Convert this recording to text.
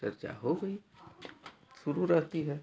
चर्चा हो गई शुरू रहती है